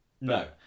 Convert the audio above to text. No